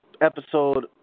episode